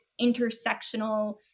intersectional